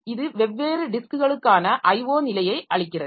இது வெவ்வேறு டிஸ்க்களுக்கான IO நிலையை அளிக்கிறது